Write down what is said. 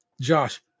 Josh